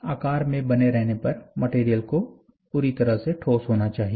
आकार में बने रहने पर मटेरियल को पूरी तरह से ठोस होना चाहिए